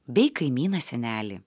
bei kaimyną senelį